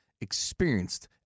experienced